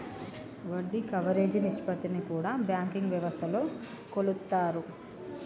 వడ్డీ కవరేజీ నిష్పత్తిని కూడా బ్యాంకింగ్ వ్యవస్థలో కొలుత్తారు